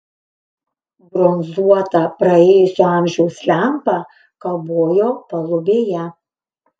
bronzuota praėjusio amžiaus lempa kabojo palubėje